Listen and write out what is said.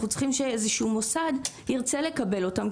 צריכים שאיזשהו מוסד ירצה לקבל אותם,